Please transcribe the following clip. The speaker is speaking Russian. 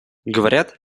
говорят